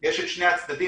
יש את שני הצדדים,